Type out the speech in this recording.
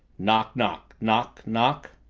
knock knock knock knock!